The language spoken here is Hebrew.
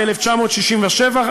ב-1967,